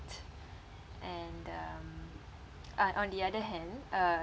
and um on on the other hand uh